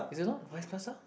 is it not West Plaza